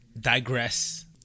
digress